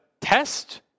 test